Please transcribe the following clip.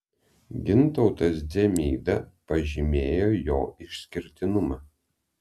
gintautas dzemyda pažymėjo jo išskirtinumą